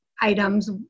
items